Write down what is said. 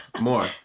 more